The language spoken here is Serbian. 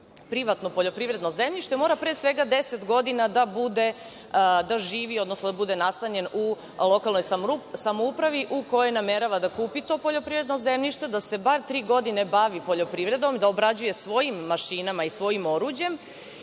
privatno poljoprivredno zemljište mora pre svega 10 godina da bude, da živi, odnosno da bude nastanjen u lokalnoj samoupravi u kojoj namerava da kupi to poljoprivredno zemljište, da se bar tri godine bavi poljoprivredom, da obrađuje svojim mašinama i svojim oruđem.